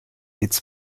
its